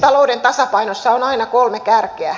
talouden tasapainossa on aina kolme kärkeä